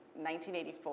1984